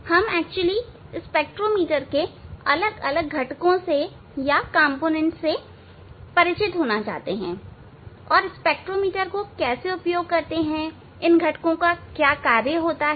हम स्पेक्ट्रोमीटर के अलग अलग घटकों के साथ परिचित होना चाहते हैं और स्पेक्ट्रोमीटर को कैसे उपयोग करते हैं इन घटकों का क्या कार्य होता है